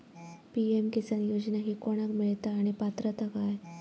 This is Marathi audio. पी.एम किसान योजना ही कोणाक मिळता आणि पात्रता काय?